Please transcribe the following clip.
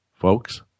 folks